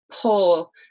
pull